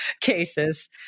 cases